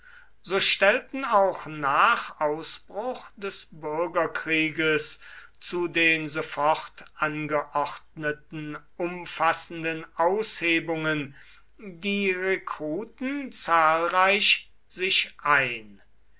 so stellten auch nach ausbruch des bürgerkrieges zu den sofort angeordneten umfassenden aushebungen die rekruten zahlreich sich ein